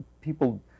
People